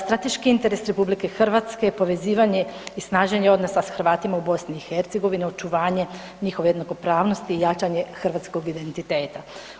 Strateški interes RH, povezivanje i snaženje odnosa s Hrvatima u BiH, očuvanje njihove jednakopravnosti i jačanje hrvatskog identiteta.